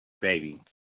Baby